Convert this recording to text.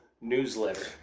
newsletter